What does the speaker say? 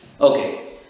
Okay